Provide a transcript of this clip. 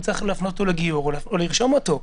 צריך להפנות אותו לגיור או לרשום אותו.